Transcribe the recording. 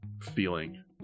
feeling